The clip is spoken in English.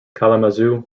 kalamazoo